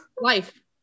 Life